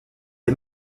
est